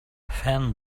fan